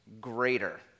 greater